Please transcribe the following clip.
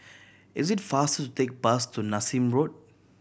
is it faster to take bus to Nassim Road